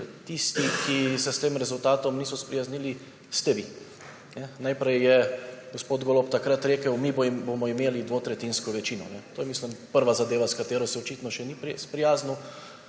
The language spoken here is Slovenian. Tisti, ki se s tem rezultatom niso sprijaznili, ste vi. Najprej je gospod Golob takrat rekel, mi bomo imeli dvotretjinsko večino. To je, mislim, prva zadeva, s katero se očitno še ni sprijaznil.